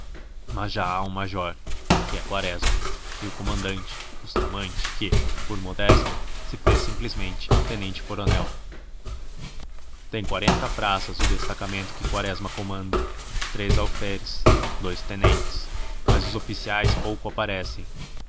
mas já há um major que é quaresma e o comandante bustamente que por modéstia se fez simplesmente tenente-coronel tem quarenta praças o destacamento que quaresma comanda três alferes dous tenentes mas os oficiais pouco aparecem